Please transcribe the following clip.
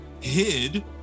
hid